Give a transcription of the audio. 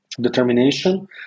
determination